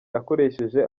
akoresheje